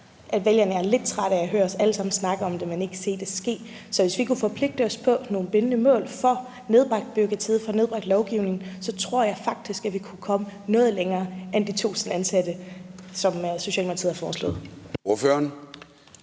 at vælgerne er lidt trætte af at høre os alle sammen snakke om det, men ikke se det ske. Så hvis vi kunne forpligte os på nogle bindende mål for at få nedbragt bureaukratiet og få nedbragt mængden af lovgivning, tror jeg faktisk, at vi kunne komme noget længere end de 1.000 ansatte, som Socialdemokratiet har foreslået.